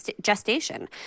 gestation